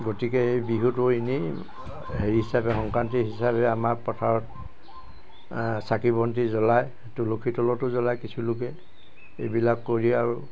গতিকে এই বিহুটো এনেই হেৰি হিচাপে আমাৰ সংক্ৰান্তি হিচাপে আমাৰ পথাৰত চাকি বন্তি জ্ৱলায় তুলসীৰ তলতো জ্ৱলায় কিছু লোকে এইবিলাক কৰি আৰু